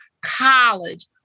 college